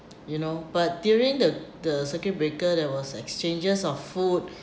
you know but during the the circuit breaker there was exchanges of food